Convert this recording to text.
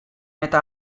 eta